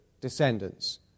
descendants